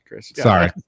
sorry